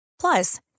Plus